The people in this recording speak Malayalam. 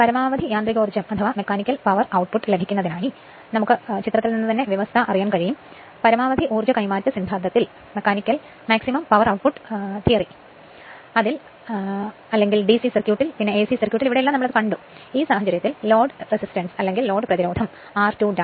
പരമാവധി യാന്ത്രികോർജം ലഭിക്കുന്നതിനായി ചിത്രത്തിൽ നിന്ന് വ്യവസ്ഥ നമുക് അറിയാം പരമാവധി ഊർജ കൈമാറ്റ സിദ്ധാന്തത്തിൽ ഡിസി സർക്യൂട്ടിൽ എസി സർക്യൂട്ടിൽ എല്ലാം നമ്മൾ കണ്ടു ആ സാഹചര്യത്തിൽ ലോഡ് റെസിസ്റ്റൻസ് r2 1S 1